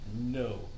No